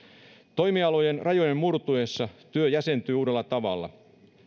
toimialojen rajojen murtuessa työ jäsentyy uudella tavalla